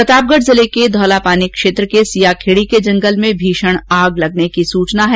प्रतापगढ जिले के धौलापानी क्षेत्र के सिया खेड़ी के जंगल में भीषण आग लगने की सूचना है